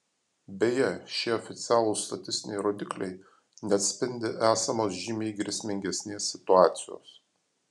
beje šie oficialūs statistiniai rodikliai neatspindi esamos žymiai grėsmingesnės situacijos